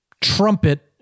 trumpet